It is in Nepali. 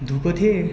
धोएको थिएँ